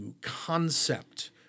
concept